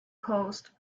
closed